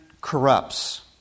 corrupts